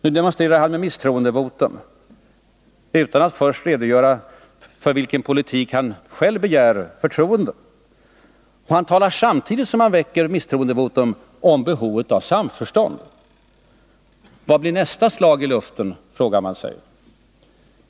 Nu demonstrerar han med ett miss roendevotum utan att först redovisa den politik för vilken han själv begär förtroende. Han talar, samtidigt som han begär misstroendevotum, om behovet av samförstånd! Vad blir nästa slag i luften? frågar man sig.